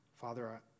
Father